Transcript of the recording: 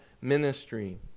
ministry